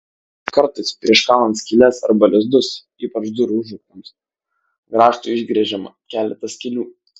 kartais prieš kalant skyles arba lizdus ypač durų užraktams grąžtu išgręžiama keletas skylių